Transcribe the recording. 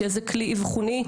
שזה כלי אבחוני,